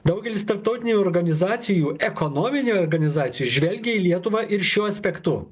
daugelis tarptautinių organizacijų ekonominių organizacijų žvelgia į lietuvą ir šiuo aspektu